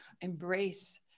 embrace